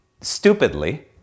stupidly